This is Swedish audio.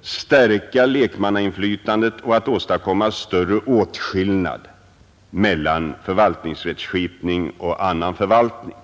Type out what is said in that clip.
stärka lekmannainflytandet och åstadkomma större åtskillnad mellan förvaltningsrättskipning och annan förvaltning.